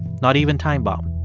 not even time bomb.